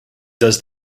does